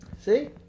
See